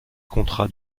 contrats